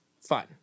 fun